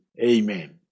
Amen